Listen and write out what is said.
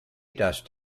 dust